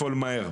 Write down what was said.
לפעול מהר,